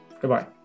Goodbye